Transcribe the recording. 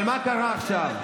אבל מה קרה עכשיו?